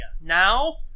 Now